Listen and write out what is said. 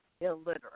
illiterate